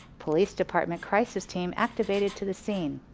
police department crisis team activated to the scene.